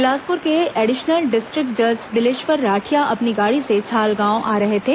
बिलासपुर के additional district जज दिलेश्वर राठिया अपनी गाड़ी से छाल गांव आ रहे थे